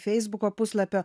feisbuko puslapio